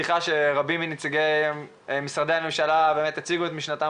אני שמחה שהוועדה הוגדרה בכל השם הארוך הזה ושהגיעה העת שכולנו